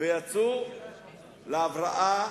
ויצאו להבראה